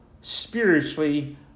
spiritually